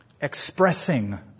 expressing